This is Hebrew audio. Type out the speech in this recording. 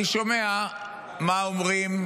אני שומע מה אומרים